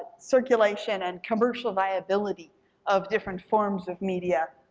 circulation, and commercial viability of different forms of media,